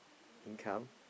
income